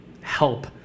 help